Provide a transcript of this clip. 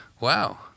wow